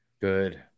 Good